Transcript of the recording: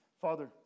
Father